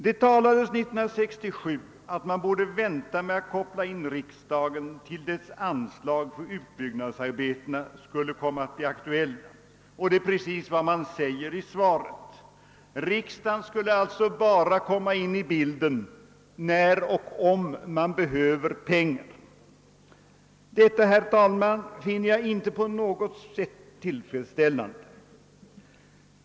Det talades 1967 om att man borde vänta med att koppla in riksdagen tills frågan om anslag för utbyggnadsarbetena blev aktuell, och detta är precis vad som nu sägs i svaret. Riksdagen skulle alltså bara komma in i bilden när och om man behöver pengar. Detta, herr talman, finner jag inte på något sätt tillfredsställande.